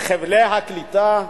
חבלי הקליטה,